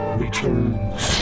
returns